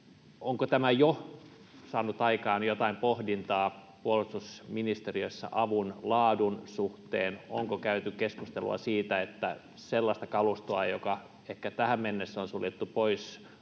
Onko tämä jo saanut aikaan jotain pohdintaa puolustusministeriössä avun laadun suhteen? Onko käyty keskustelua siitä, että sellaista kalustoa, joka ehkä tähän mennessä on suljettu pois,